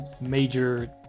major